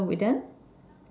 oh we done